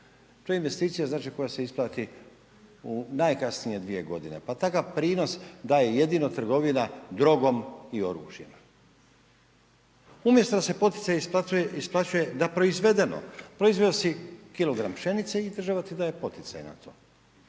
To je investicija znači koja se isplati u najkasnije 2 godine. Pa takav prinos daje jedino trgovina drogom i oružjem. Umjesto da se poticaj isplaćuje na proizvedeno, proizveo si kilogram pšenice i država ti daje poticaj na to.